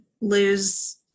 lose